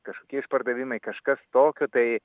kažkokie išpardavimai kažkas tokio tai